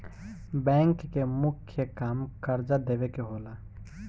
bank के मुख्य काम कर्जा देवे के होला